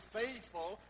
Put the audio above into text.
faithful